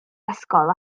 ysgol